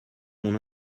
mon